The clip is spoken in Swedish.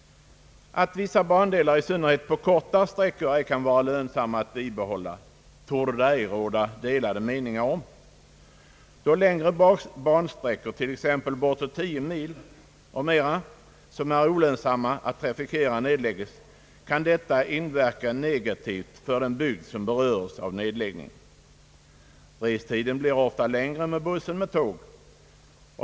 Att vissa bandelar, i synnerhet kortare sträckor, ej kan vara lönsamma att bibehålla, torde det ej råda delade meningar om. Då längre bansträckor, t. ex, på tio mil och mera, som är olönsamma att trafikera nedlägges, kan detta inverka negativt för den bygd som berörs av nedläggningen. Restiden blir ofta längre med buss än med tåg.